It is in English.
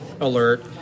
alert